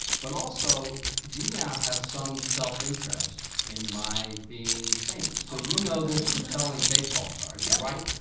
but also you now have some self interest in my being famous. so you know this from selling baseball cards, yeah right?